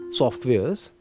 softwares